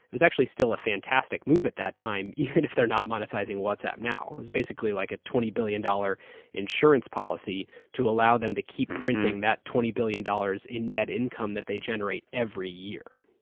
it's actually still a fantastic move at that time even if they are not monetizing whatsapp now. it's basically now like a twenty billion dollars insurance policy to allow them to keep printing that twenty billion dollars in net income that they generate every year.